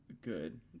Good